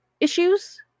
issues